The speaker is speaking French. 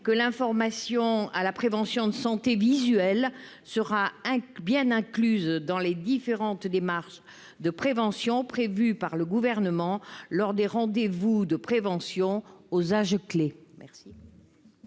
que l'information à la prévention de santé visuelle sera hein bien incluse dans les différentes démarches de prévention prévues par le gouvernement lors des rendez-vous de prévention aux âges clés